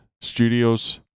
Studios